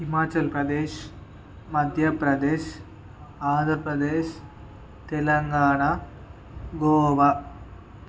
Himachal Pradesh Madhya Pradesh Andhra Pradesh Telangana Goa